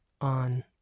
on